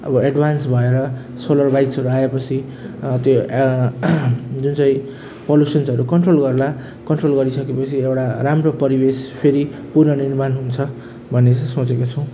अब एडभान्स भएर सोलर बाइक्सहरू आए पछि त्यो जुन चाहिँ पल्युसन्सहरू कन्ट्रोल गर्ला कन्ट्रोल गरिसके पछि एउटा राम्रो परिवेश फेरि पुनर्निर्माण हुन्छ भन्ने चाहिँ सोचेको छु